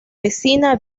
vecina